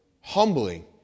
humbling